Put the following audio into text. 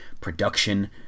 production